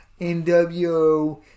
NWO